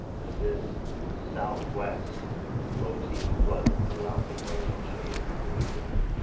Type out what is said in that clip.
and this southwest motif runs throughout the coach. i'll show you a couple of more